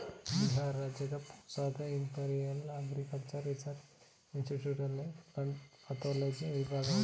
ಬಿಹಾರ್ ರಾಜ್ಯದ ಪೂಸಾದ Imperial Agricultural Research Institute ನಲ್ಲಿ ಪ್ಲಂಟ್ ಪತೋಲಜಿ ವಿಭಾಗವಿದೆ